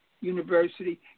university